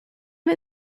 wir